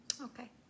okay